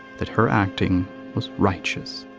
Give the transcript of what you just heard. that her acting was. righteous.